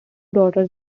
daughters